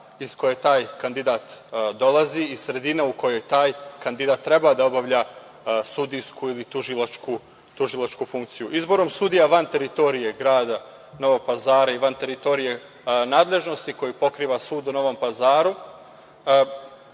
iz koje taj kandidat dolazi i sredina u kojoj taj kandidat treba da obavlja sudijsku ili tužilačku funkciju. Izborom sudija van teritorije grada Novog Pazara i van teritorije nadležnosti koju pokriva sud u Novom Pazaru